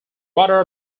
radar